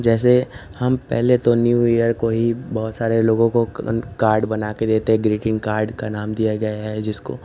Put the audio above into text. जैसे हम पहले तो न्यू इयर को ही बहुत सारे लोगों को कार्ड बना कर देते ग्रीटिंग कार्ड का नाम दिया गया है जिसको